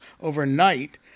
overnight